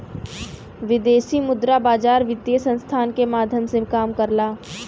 विदेशी मुद्रा बाजार वित्तीय संस्थान के माध्यम से काम करला